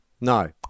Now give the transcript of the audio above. No